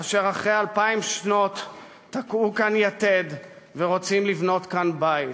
אשר אחרי אלפיים שנות תקעו כאן יתד ורוצים לבנות כאן בית.